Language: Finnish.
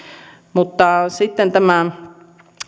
mutta sitten tämä